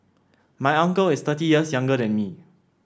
my uncle is thirty years younger than me